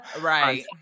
Right